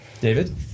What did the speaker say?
David